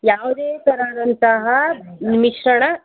ಯಾವುದೇ ಥರದಂತಹ ಮಿಶ್ರಣ